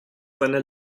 seine